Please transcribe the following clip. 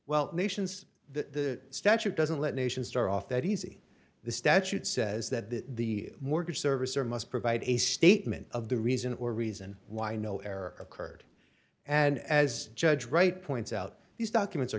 well nations the statute doesn't let nations start off that easy the statute says that the mortgage servicer must provide a statement of the reason or reason why no error occurred and as judge wright points out these documents are